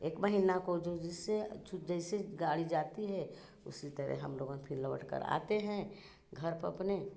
एक महीना को जो जिससे जैसे गाड़ी जाती है उसी तरह हम लोगन फिर लौटकर आते हैं घर पा अपने